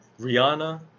Rihanna